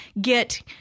get